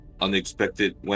unexpected